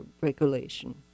regulation